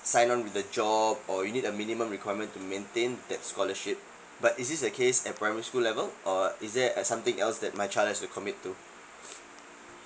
sign on with a job or you need a minimum requirement to maintain that scholarship but is this the case at primary school level or is there a something else that my child has to commit to